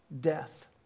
death